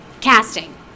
casting